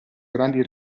grandi